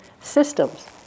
systems